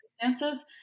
circumstances